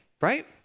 right